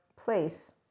place